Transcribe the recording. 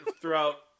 throughout